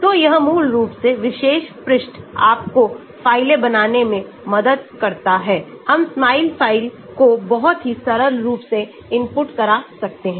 तो यह मूल रूप से विशेष पृष्ठ आपको फ़ाइलें बनाने में मदद करता है हम Smile फ़ाइल को बहुत ही सरल रूप से इनपुट करा सकते हैं